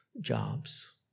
jobs